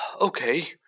Okay